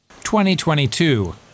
2022